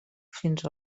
fins